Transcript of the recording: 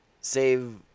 save